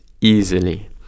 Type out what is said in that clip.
easily